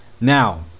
Now